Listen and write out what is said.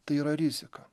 tai yra rizika